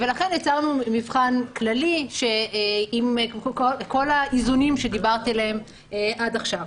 ולכן יצרנו מבחן כללי עם כל האיזונים שדיברתי עליהם עד עכשיו.